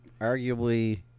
arguably